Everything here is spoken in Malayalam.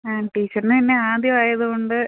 ആ ടീച്ചെറിന് എന്നെ ആദ്യമായതു കൊണ്ട്